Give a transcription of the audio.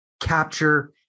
capture